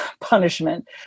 punishment